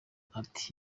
ati